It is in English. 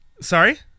Sorry